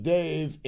Dave